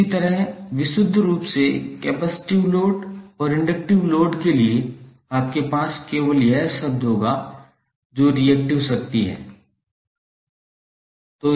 इसी तरह विशुद्ध रूप से कैपेसिटिव लोड और इंडक्टिव लोड के लिए आपके पास केवल यह शब्द होगा जो रिएक्टिव शक्ति है